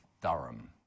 durham